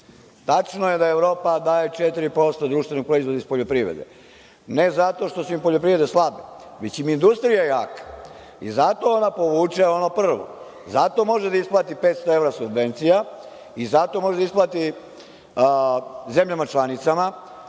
Tačno je da Evropa daje 4% društvenog proizvoda iz poljoprivrede, ne zato što su im poljoprivrede slabe, već im je industrija jaka, i zato ona povuče ono prvo, zato može da isplati 500 evra subvencija, i zato može da isplati zemljama članicama.